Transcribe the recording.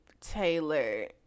Taylor